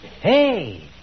Hey